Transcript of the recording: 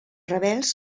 rebels